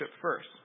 first